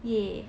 yeah